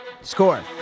Score